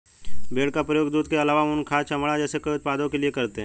भेड़ का प्रयोग दूध के आलावा ऊन, खाद, चमड़ा जैसे कई उत्पादों के लिए करते है